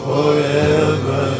Forever